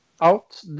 out